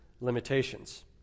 limitations